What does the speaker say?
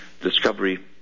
Discovery